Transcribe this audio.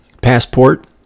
passport